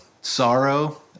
sorrow